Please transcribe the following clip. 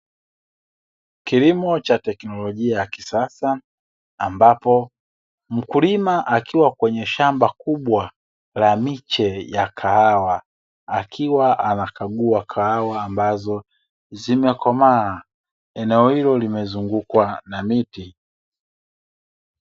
Kilimo cha teknolojia ya kisasa, ambapo mkulima akiwa kwenye shamba kubwa la miche ya kahawa, akiwa anakagua kahawa ambazo zimekomaa. Eneo hilo limezungukwa na miti.